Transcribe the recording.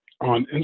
on